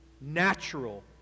natural